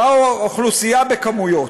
"באה אוכלוסייה בכמויות.